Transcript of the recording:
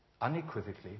unequivocally